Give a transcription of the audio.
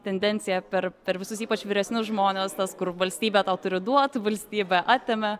tendencija per per visus ypač vyresnius žmones tas kur valstybė tau turi duot valstybė atėmė